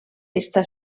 està